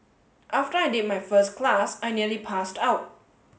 after I did my first class I nearly passed out